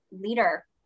leader